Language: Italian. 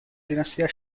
dinastia